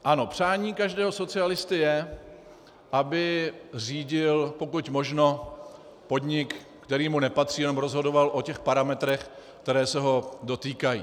Ano, přání každého socialisty je, aby řídil, pokud možno, podnik, který mu nepatří, jenom rozhodoval o těch parametrech, které se ho dotýkají.